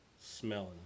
smelling